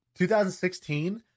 2016